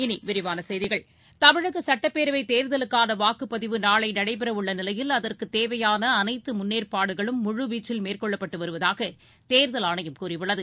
இனிவிரிவானசெய்திகள் தமிழகசட்டப்பேரவைதேர்தலுக்கானவாக்குப்பதிவு நாளைநடைபெறவுள்ளநிலையில் அதற்குத் தேவையானஅனைத்தமுன்னேற்பாடுகளும் முழுவீச்சில் மேற்கொள்ளப்பட்டுவருவதாகதேர்தல் ஆணையம் கூறியுள்ளது